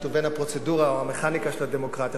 ובין הפרוצדורה או המכניקה של הדמוקרטיה.